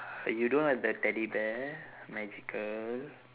you don't have the teddy bear magical